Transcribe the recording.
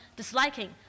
disliking